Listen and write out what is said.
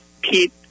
Pete